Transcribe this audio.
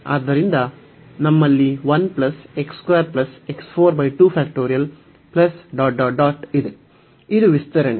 ಆದ್ದರಿಂದ ನಮ್ಮಲ್ಲಿ ಇದೆ ಇದು ವಿಸ್ತರಣೆ